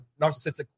narcissistic